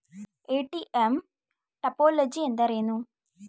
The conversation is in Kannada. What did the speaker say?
ಎ.ಟಿ.ಎಂ ಟೋಪೋಲಜಿ ಎಂದರೇನು?